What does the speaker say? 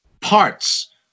parts